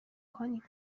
کنیم